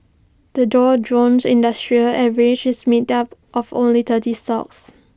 the Dow Jones industrial average is made up of only thirty stocks